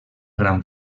gran